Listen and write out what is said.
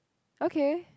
okay